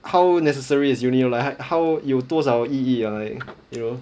how necessary is uni lah like how 有多少意义 ah like you know